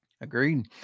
Agreed